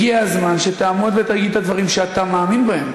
הגיע הזמן שתעמוד ותגיד את הדברים שאתה מאמין בהם.